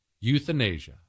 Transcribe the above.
euthanasia